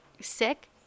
sick